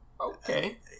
okay